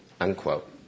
unquote